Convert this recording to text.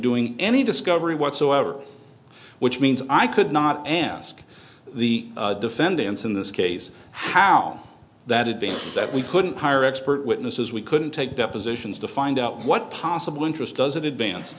doing any discovery whatsoever which means i could not ask the defendants in this case how that advantage that we couldn't hire expert witnesses we couldn't take depositions to find out what possible interest does it advance